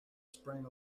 sprang